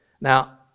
Now